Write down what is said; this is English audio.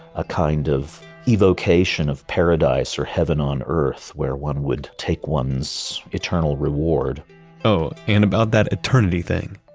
a kind of evocation of paradise or heaven on earth, where one would take one's eternal reward oh, and about that eternity thing,